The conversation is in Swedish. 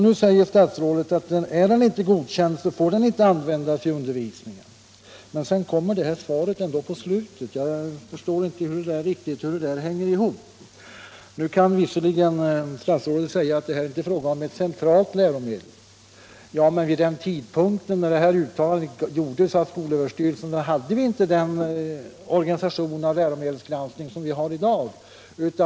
Nu säger statsrådet att är den inte godkänd, så får den inte användas i undervisningen. Men sedan kommer ändå detta svar på slutet. Jag förstår inte riktigt hur det hänger ihop. Nu kan statsrådet visserligen säga att det här inte är fråga om ett centralt läromedel. Men vid den tidpunkt då detta uttalande gjordes av skolöverstyrelsen hade vi inte den organisation för läromedelsgranskning som vi har i dag.